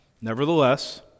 Nevertheless